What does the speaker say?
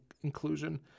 inclusion